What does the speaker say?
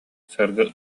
саргы